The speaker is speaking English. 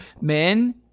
Men